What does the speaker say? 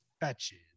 Fetches